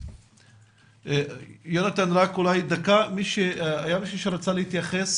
היה מישהו שרצה להתייחס?